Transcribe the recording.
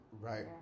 Right